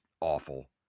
awful